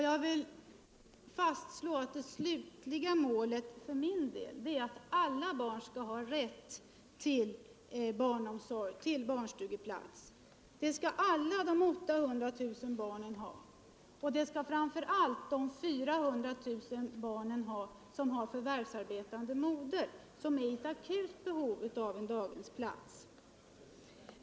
Jag vill fastslå att det slutliga målet som jag ser det är att alla barn skall ha rätt till barnomsorg. Alla de 800 000 barnen skall ha rätt till barnstugeplats, och det skall framför allt de 400 000 barn ha som har förvärvsarbetande mödrar. De är i akut behov av en daghemsplats.